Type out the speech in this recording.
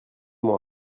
moi